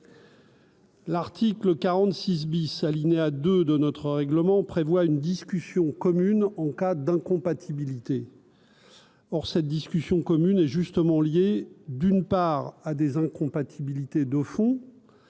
L'article 46 bis alinéa 2 de notre règlement prévoit une discussion commune en cas d'incompatibilité, or cette discussion commune est justement lié d'une part à des incompatibilités de fond,